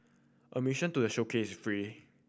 admission to a showcase is free